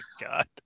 God